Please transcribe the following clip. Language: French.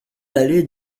allées